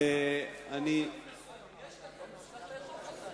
מה זה "אופנים מסוימים"?